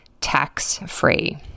tax-free